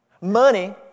Money